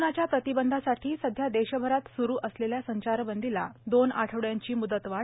कोरोंनाच्या प्रतिबंधासाठी सध्या देशभरात सुरू असलेल्या संचारबंदीला दोन आठवड्यांची मुदतवाढ